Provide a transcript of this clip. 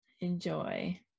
Enjoy